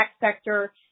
sector